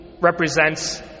represents